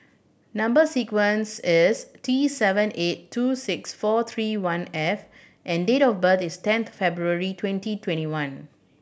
number sequence is T seven eight two six four three one F and date of birth is ten February twenty twenty one